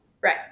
Right